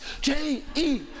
J-E